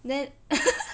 then